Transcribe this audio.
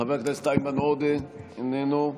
חבר הכנסת איימן עודה, איננו,